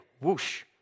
Whoosh